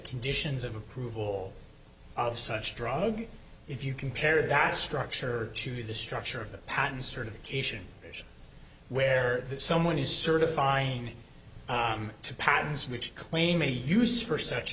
conditions of approval of such a drug if you compare that structure to the structure of the patent certification where someone is certifying to patterns which claim a use for such